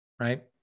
right